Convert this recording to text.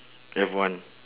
F one